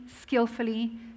skillfully